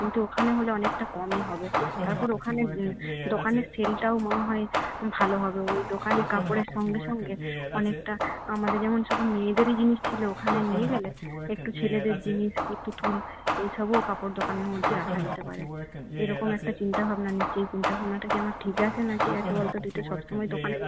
কিন্তু ওখানে হলে অনেকটা কমে হবে তারপর ওখানে দোকানের সেলটাও মনে হয় ভালো হবে ওই দোকানে কাপড়ের সঙ্গে সঙ্গে অনেকটা আমাদের যেমন শুধু মেয়েদেরই জিনিস ছিল ওখানে নিয়ে গেলে একটু ছেলেদের জিনিস কি পুতুল এইসবও কাপড় দোকানের মধ্যে রাখা যেতে পারে এরকম একটা চিন্তাভাবনা নিচ্ছি এই চিন্তাভাবনাটা কি আমার ঠিক আছে না কি আছে বল তো তুই তো সবসময় দোকানের মধ্যে থাকিস